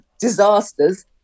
disasters